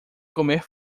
comer